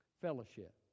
Fellowship